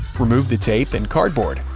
remove the tape and cardboard,